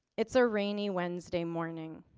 it's a rainy wednesday morning.